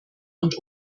und